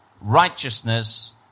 righteousness